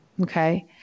okay